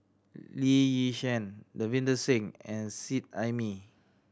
Lee Yi Shyan Davinder Singh and Seet Ai Mee